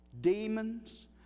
demons